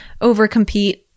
overcompete